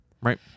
Right